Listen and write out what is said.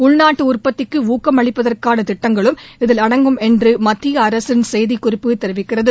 உள்நாட்டு உற்பத்திக்கு ஊக்கம் அளிப்பதற்கான திட்டங்களும் இதில் அடங்கும் என்று மத்திய அரசின் செய்திக்குறிப்பு தெரிவிக்கிறது